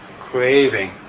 craving